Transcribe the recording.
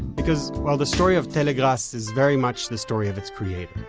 because, well, the story of telegrass is very much the story of its creator